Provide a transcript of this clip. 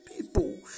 people